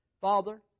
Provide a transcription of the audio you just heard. Father